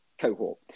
cohort